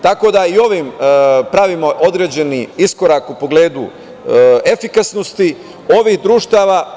Tako da i ovim pravimo određeni iskorak u pogledu efikasnosti ovih društava.